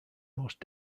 most